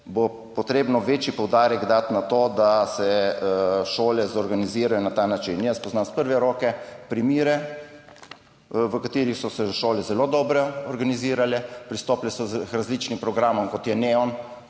tu potrebno večji poudarek dati na to, da se šole zorganizirajo na ta način. Jaz poznam iz prve roke primere, v katerih so se šole zelo dobro organizirale. Pristopile so k različnim programom, kot je NEON,